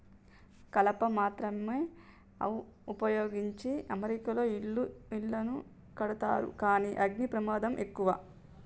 కలప మాత్రమే వుపయోగించి అమెరికాలో ఇళ్లను కడతారు కానీ అగ్ని ప్రమాదం ఎక్కువ